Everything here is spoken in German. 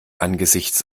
angesichts